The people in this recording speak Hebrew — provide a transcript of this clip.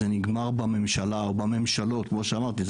זה נגמר בממשלה או בממשלות כמו שאמרתי,